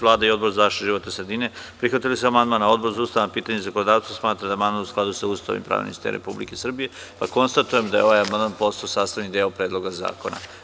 Vlada i Odbor za zaštitu životne sredine prihvatili su amandman, a Odbor za ustavna pitanja i zakonodavstvo smatra da je amandman u skladu sa Ustavom i pravnim sistemom Republike Srbije, pa konstatujem da je ovaj amandman postao sastavni deo Predloga zakona.